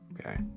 okay